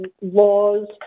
laws